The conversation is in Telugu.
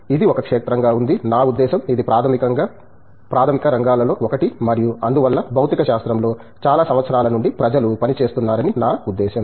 ఇది ఒక క్షేత్రం గా ఉంది నా ఉద్దేశ్యం ఇది ప్రాథమిక రంగాల్లో ఒకటి మరియు అందువల్ల భౌతిక శాస్త్రంలో చాలా సంవత్సరాలనుండి ప్రజలు పని చేస్తున్నారని నా ఉద్దేశ్యం